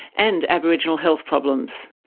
and aboriginal health problems.